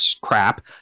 crap